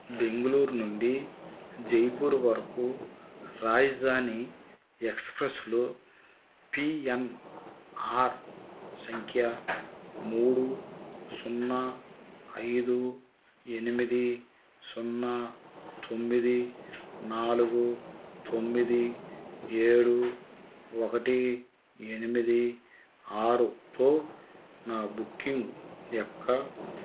బెంగుళూరు నుండి జైపూర్ వరకు రాజధాని ఎక్స్ప్రెస్లో పి ఎన్ ఆర్ సంఖ్య మూడు సున్నా ఐదు ఎనిమిది సున్నా తొమ్మిది నాలుగు తొమ్మిది ఏడు ఒకటి ఎనిమిది ఆరుతో నా బుకింగ్ యొక్క